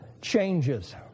changes